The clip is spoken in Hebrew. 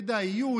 כדאיות,